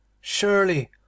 surely